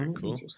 Cool